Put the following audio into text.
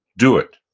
do it.